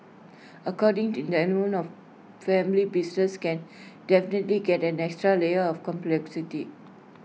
according in the element of family business can definitely get an extra layer of complexity